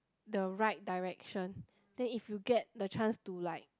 the right direction then if you get the chance to like